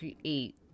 create